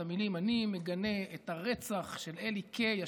את המילים: אני מגנה את הרצח של אלי קייל,